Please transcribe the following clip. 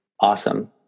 awesome